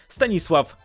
Stanisław